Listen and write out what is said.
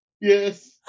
Yes